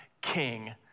King